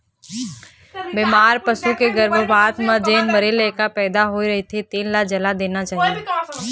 बेमार पसू के गरभपात म जेन मरे लइका पइदा होए रहिथे तेन ल जला देना चाही